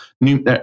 new